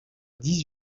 dix